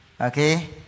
okay